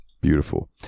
Beautiful